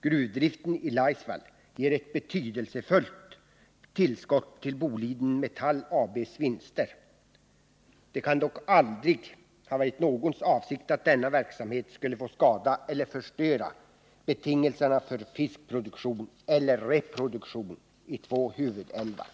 Gruvdriften i Laisvall ger ett betydelsefullt tillskott till Boliden Metall AB:s vinster. Det kan dock aldrig ha varit någons avsikt att denna verksamhet skulle få skada eller förstöra betingelserna för fiskproduktion eller reproduktion i två huvudälvar.